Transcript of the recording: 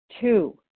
Two